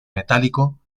metálico